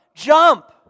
Jump